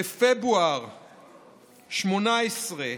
בפברואר 1918,